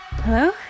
Hello